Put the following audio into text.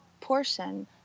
portion